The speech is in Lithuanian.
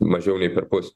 mažiau nei perpus